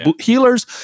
healers